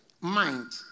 mind